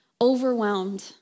overwhelmed